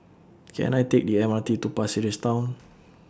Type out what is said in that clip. Can I Take The M R T to Pasir Ris Town